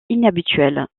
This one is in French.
inhabituel